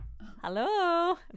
hello